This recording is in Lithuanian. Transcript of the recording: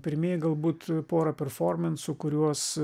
pirmieji galbūt pora performansų kuriuos